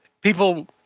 people